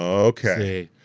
okay.